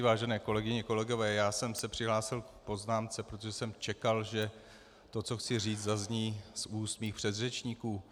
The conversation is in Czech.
Vážené kolegyně a kolegové, já jsem se přihlásil k poznámce, protože jsem čekal, že to, co chci říct, zazní z úst mých předřečníků.